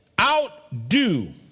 Outdo